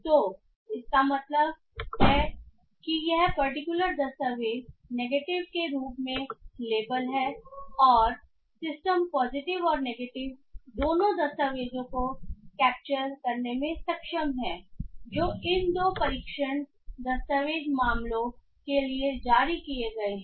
तो इसका मतलब है कि यह पर्टिकुलर दस्तावेज़ नेगेटिव के रूप में लेबल है और सिस्टम पॉजिटिव और नेगेटिव दोनों दस्तावेज़ों को कैप्चर करने में सक्षम है जो इन 2 परीक्षण दस्तावेज़ मामलों के लिए जारी किए गए हैं